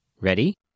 Ready